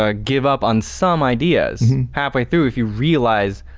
ah give up on some ideas halfway through if you realize,